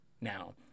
Now